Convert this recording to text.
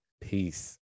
peace